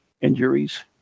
injuries